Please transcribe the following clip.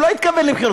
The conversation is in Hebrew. הוא לא התכוון לבחירות.